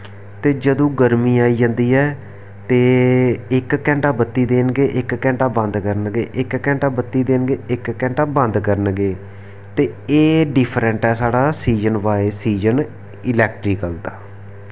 ते जदूं गर्मी आई जंदी ऐ ते इक घैंटा बत्ती देन गे ते इक घैंटा बंद करन गे इक घैंटा बत्ती देन गे इक घैंटा बंद करने गे ते एह् डिफरैंट ऐ साढ़ा सीज़न बाई सीज़न इलैक्ट्रीकल दा